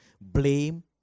blame